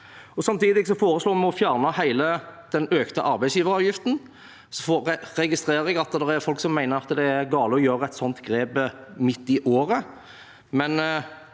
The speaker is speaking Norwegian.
Samtidig foreslår vi å fjerne hele den økte arbeidsgiveravgiften. Jeg registrerer at det er folk som mener at det er galt å gjøre et sånt grep midt i året,